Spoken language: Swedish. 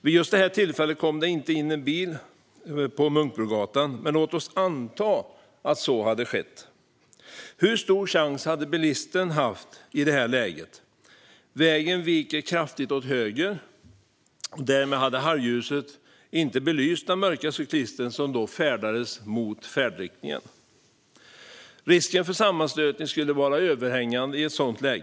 Vid just det här tillfället kom det inte någon bil som skulle svänga in på Munkbrogatan, men låt oss anta att så hade skett. Hur stor chans hade bilisten haft i det läget? Vägen viker kraftigt åt höger. Därmed hade halvljuset inte belyst den mörka cyklisten som färdades mot färdriktningen. I ett sådant läge skulle risken för sammanstötning vara överhängande.